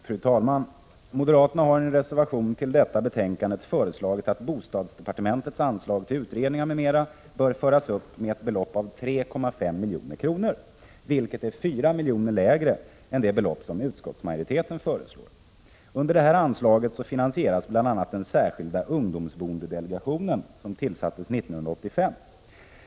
Fru talman! Moderaterna har i en reservation till detta betänkande föreslagit att bostadsdepartementets anslag till utredningar m.m. skall föras upp med ett belopp av 3,5 milj.kr., vilket är 4 miljoner lägre än det belopp som utskottsmajoriteten föreslår. Under detta anslag finansieras bl.a. den särskilda ungdomsboendedelegationen, som tillsattes 1985.